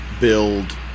build